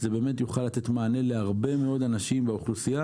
זה יוכל לתת מענה להרבה מאוד אנשים באוכלוסייה